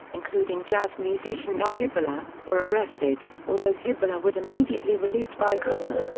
including jazz musician al hibbler, were arrested, although hibbler was immediately released by connor.